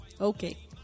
Okay